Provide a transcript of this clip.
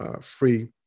free